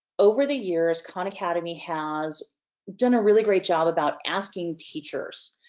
over the years, khan academy has done a really great job about asking teachers.